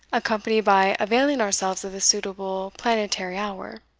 accompanied by availing ourselves of the suitable planetary hour.